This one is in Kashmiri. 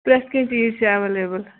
پرٮ۪تھ کینٛہہ چیٖز چھِ ایویلیبٕل